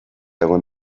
egon